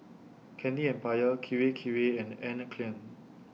Candy Empire Kirei Kirei and Anne Klein